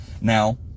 now